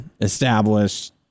established